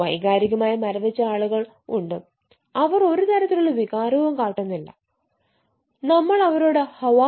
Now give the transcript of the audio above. വൈകാരികമായി മരവിച്ച ആളുകൾ ഉണ്ട് അവർ ഒരുതരത്തിലുള്ള വികാരവും കാട്ടുന്നില്ല നമ്മൾ അവരോട് ഹൌ ആർ യു